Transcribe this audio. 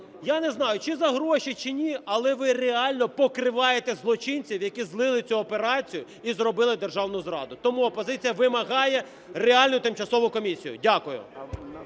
Я не знаю, чи за гроші, чи ні, але ви реально покриваєте злочинців, які злили цю операцію і зробили державну зраду. Тому опозиція вимагає реальну тимчасову комісію. Дякую.